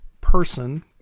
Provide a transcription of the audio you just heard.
person